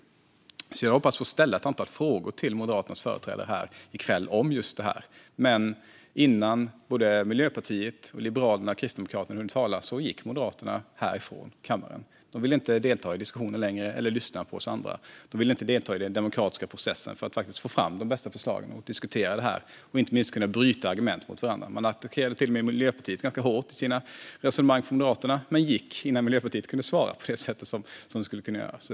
Jag hade därför hoppats få ställa ett antal frågor till Moderaternas företrädare här i kväll om just detta, men innan både Miljöpartiet, Liberalerna och Kristdemokraterna hunnit tala gick Moderaterna från kammaren. De ville inte delta i diskussionen längre eller lyssna på oss andra. De ville inte delta i den demokratiska processen för att få fram de bästa förslagen, diskutera detta och inte minst kunna bryta argument mot varandra. Moderaterna attackerade till och med Miljöpartiet ganska hårt i sina resonemang men gick innan Miljöpartiet kunde svara på det sätt som de hade kunnat göra.